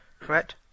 correct